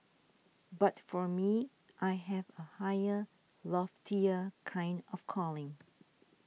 but for me I have a higher loftier kind of calling